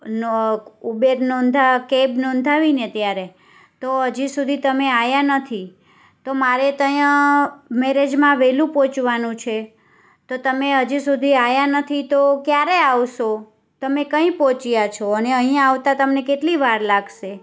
નો Uber નોંધા cab નોંધાવીને ત્યારે તો હજી સુધી તમે આવ્યા નથી તો મારે તો અહીં મેરેજમાં વહેલું પહોંચવાનું છે તો તમે હજી સુધી આવ્યા નથી તો ક્યારે આવશો તમે ક્યાં પહોંચ્યા છો અને અહીં આવતા તમને કેટલી વાર લાગશે